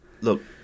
look